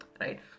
right